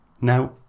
Now